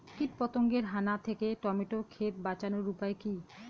কীটপতঙ্গের হানা থেকে টমেটো ক্ষেত বাঁচানোর উপায় কি?